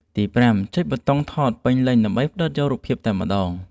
ទី5 ចុចប៊ូតុងថតពេញលេញដើម្បីផ្តិតយករូបភាពតែម្តង។